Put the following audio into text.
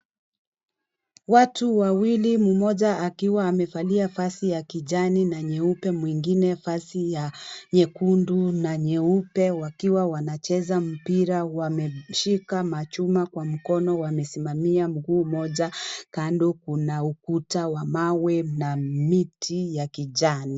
Watu wawili mmoja akiwa amevalia vazi ya kijani na nyeupe, mwingine vazi ya nyekundu na nyeupe, wakiwa wanacheza mpira wameshika machuma kwa mkono, wamesimamia mguu moja kando kuna ukuta wa mawe na miti ya kijani.